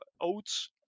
oats